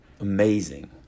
Amazing